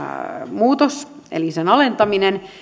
muutos eli sen alentaminen